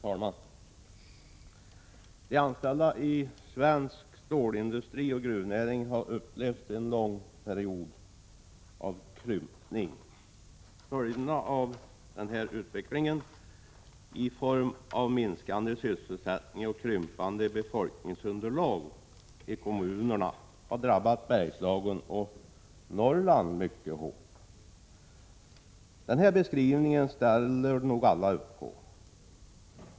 Fru talman! De anställda i svensk stålindustri och gruvnäring har upplevt en lång period av krympning. Följderna av denna utveckling i form av minskande sysselsättning och krympande befolkningsunderlag i kommunerna har drabbat Bergslagen och Norrland mycket hårt. Denna beskrivning ställer nog alla upp på.